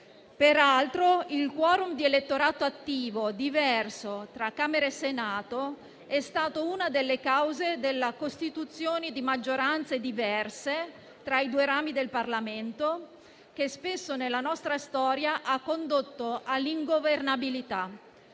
Peraltro, il *quorum* di elettorato attivo diverso tra Camera e Senato è stato una delle cause della costituzione di maggioranze diverse tra i due rami del Parlamento, che spesso nella nostra storia ha condotto all'ingovernabilità.